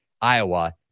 Iowa